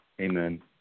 Amen